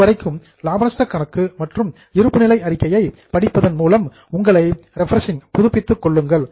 அதுவரைக்கும் லாப நஷ்ட கணக்கு மற்றும் இருப்பு நிலை அறிக்கையை படிப்பதன் மூலம் உங்களை ரிப்பிரசிங் புதுப்பித்துக் கொள்ளுங்கள்